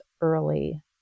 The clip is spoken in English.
early